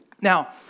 Now